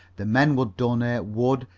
the men would donate wood,